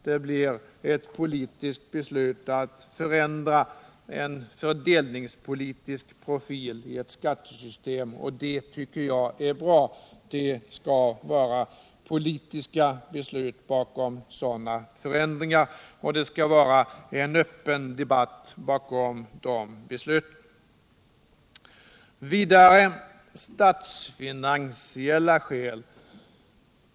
Det blir i stället genom ett politiskt beslut man förändrar en fördelningspolitisk profil i ett skattesystem, och det tycker jag är bra. Det skall vara politiska beslut bakom sådana förändringar, och det skall vara en öppen debatt bakom dessa beslut. Oppositionen anför för det andra statsfinansiella skäl.